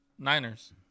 Niners